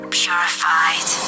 purified